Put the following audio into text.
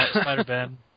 Spider-Ben